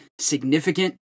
significant